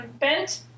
Bent